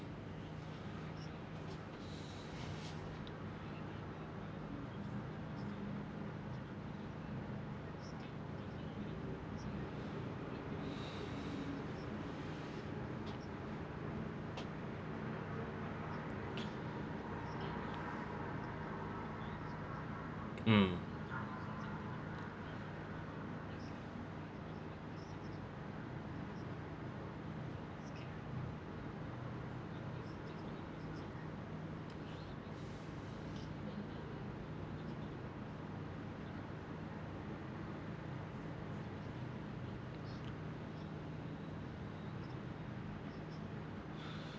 mm